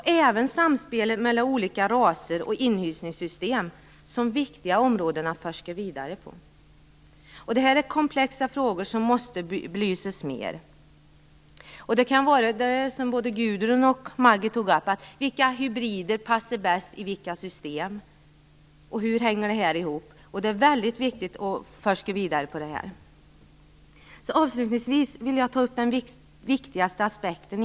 Även samspelet mellan olika raser och inhysningssystem är ett viktigt område att forska vidare på. Detta är komplexa frågor som måste belysas mer. Både Gudrun Lindvall och Maggi Mikaelsson tog upp frågan om vilka hybrider som passar bäst i vilka system. Det är viktigt att forska vidare om dessa frågor. Avslutningsvis vill jag ta upp den viktigaste aspekten.